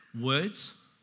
words